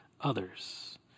others